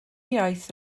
iaith